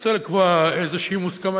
רוצה לקבוע איזושהי מוסכמה,